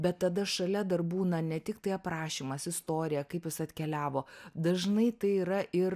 bet tada šalia dar būna ne tik tai aprašymas istorija kaip jis atkeliavo dažnai tai yra ir